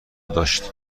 داشت